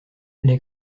les